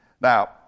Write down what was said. Now